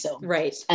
Right